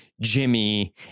Jimmy